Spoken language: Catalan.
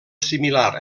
similar